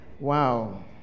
Wow